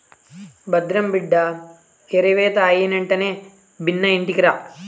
భద్రం బిడ్డా ఏరివేత అయినెంటనే బిన్నా ఇంటికిరా